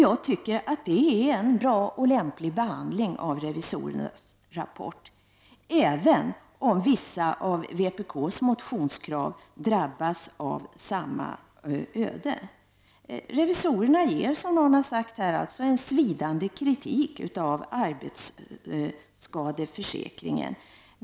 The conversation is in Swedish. Jag tycker att det är en bra och lämplig behandling av revisorernas rapport, även om vissa av vpk:s motionskrav drabbas av samma öde. Revisorerna riktar, som någon har sagt, svidande kritik mot arbetsskadeförsäkringen.